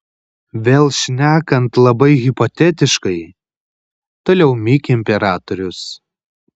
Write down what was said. vėl šnekant labai hipotetiškai toliau mykė imperatorius